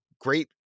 great